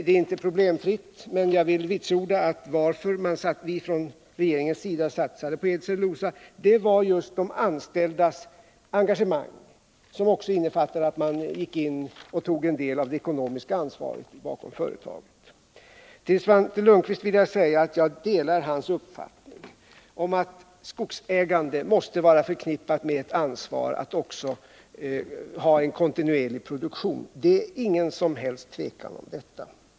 Det är inte problemfritt, men anledningen till att vi från regeringens sida satsat på Eds Cellulosafabriks AB var just de anställdas engagemang, som också innefattar att man gick in och tog en del av det ekonomiska ansvaret bakom företaget. Till Svante Lundkvist vill jag säga att jag delar hans uppfattning att skogsägande måste vara förknippat med ett ansvar att också ha en kontinuerlig produktion. Det råder inget som helst tvivel om detta.